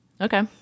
Okay